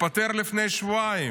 התפטר לפני שבועיים,